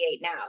now